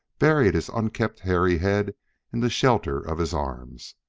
buried his unkempt, hairy head in the shelter of his arms.